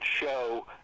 show